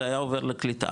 זה היה עובר לקליטה,